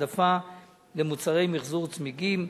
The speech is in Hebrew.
העדפה למוצרי מיחזור צמיגים),